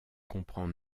comprend